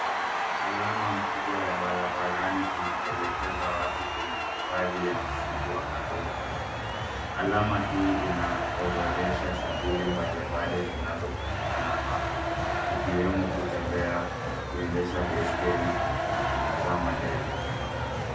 Alama mkubwa ya barabarani inaelekeza watu kwenye hifadhi ya msitu wa karura. Alama hii inaorodhesha shuguli mbalimbali zinazopatikana hapo ikiwemo kutembea, kuendesha baiskeli na kutazama ndege.